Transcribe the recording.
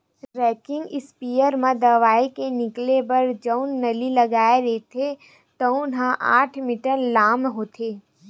rocking इस्पेयर म दवई के निकले बर जउन नली लगे रहिथे तउन ह आठ मीटर लाम होथे